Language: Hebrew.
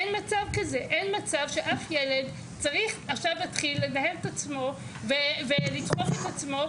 אין מצב שאף ילד צריך עכשיו להתחיל לנהל את עצמו ולדחוף את עצמו,